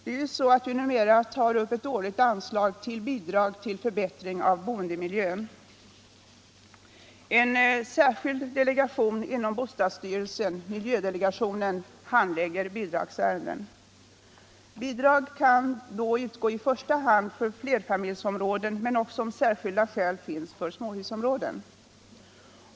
Numera tas ju i budgeten upp ett årligt anslag till Bidrag till förbättring av boendemiljön. En särskild delegation inom bostadsstyrelsen, miljödelegationen, handlägger bidragsärenden. Bidrag kan utgå i första hand för flerfamiljshusområden men också, om särskilda skäl finns, för småhusområden.